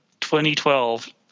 2012